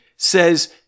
Says